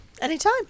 Anytime